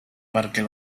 perquè